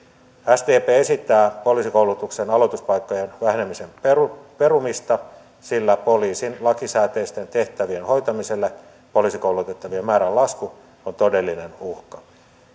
sdp esittää poliisikoulutuksen aloituspaikkojen vähenemisen perumista sillä poliisin lakisääteisten tehtävien hoitamiselle poliisikoulutettavien määrän lasku on todellinen uhka